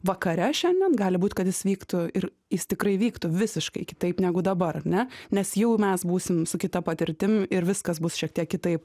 vakare šiandien gali būt kad jis vyktų ir jis tikrai vyktų visiškai kitaip negu dabar ar ne nes jau mes būsim su kita patirtim ir viskas bus šiek tiek kitaip